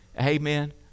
Amen